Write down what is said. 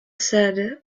said